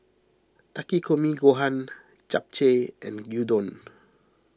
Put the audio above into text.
Takikomi Gohan Japchae and Gyudon